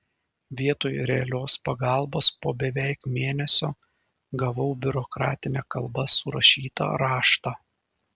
vietoj realios pagalbos po beveik mėnesio gavau biurokratine kalba surašytą raštą